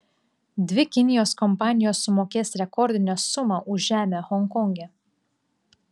dvi kinijos kompanijos sumokės rekordinę sumą už žemę honkonge